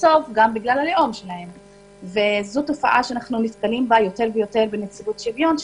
וזו תופעה שאנו נתקלים בה יתר ויותר בנציבות שוויון.